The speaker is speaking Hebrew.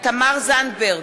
תמר זנדברג,